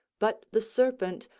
but the serpent,